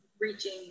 reaching